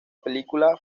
película